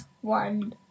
One